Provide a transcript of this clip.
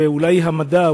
ואולי המדע,